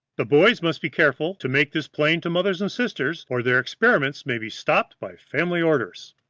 the boys must be careful to make this plain to mothers and sisters, or their experiments may be stopped by family orders.